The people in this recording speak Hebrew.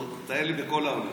מטייל לי בכל העולם,